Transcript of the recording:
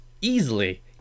easily